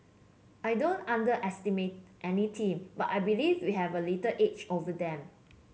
I don't underestimate any team but I believe we have a little edge over them